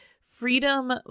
Freedom